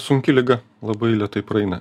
sunki liga labai lėtai praeina